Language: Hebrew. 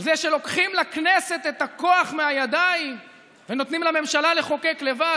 על זה שלוקחים לכנסת את הכוח מהידיים ונותנים לממשלה לחוקק לבד,